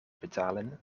betalen